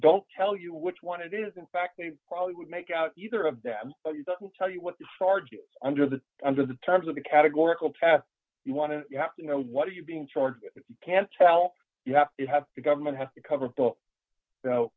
don't tell you which one it is in fact they probably would make out either of them will tell you what the charges under the under the terms of the categorical test you want to you have to know what are you being charged you can't tell you have it have the government have cover